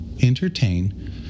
entertain